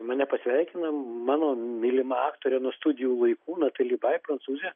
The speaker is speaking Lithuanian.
mane pasveikina mano mylima aktorė nuo studijų laikų natali bai prancūzė